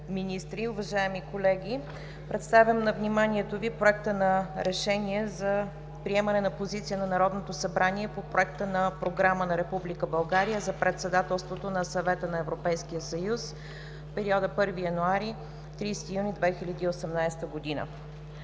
министри, уважаеми колеги! Представям на вниманието Ви Проекта за решение за приемане на позиция на Народното събрание по Проекта на програма на Република България за Председателството на Съвета на Европейския съюз в периода 1 януари – 30 юни 2018 г.